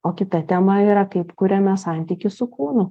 o kita tema yra kaip kuriame santykį su kūnu